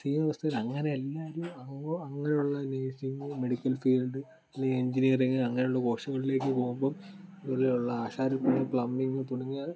ഈ അവസ്ഥയിൽ അങ്ങനെ എല്ലാവരും അങ്ങോ അങ്ങനെയുള്ള നഴ്സിംഗോ മെഡിക്കൽ ഫീൽഡ് അല്ലേ എഞ്ചിനീയറിംഗ് അങ്ങനെയുള്ള കോഴ്സുകളിലേക്ക് പോകുമ്പം ഇവിടെയുള്ള ആശാരിപ്പണി പ്ലംബിംഗ് തുടങ്ങിയ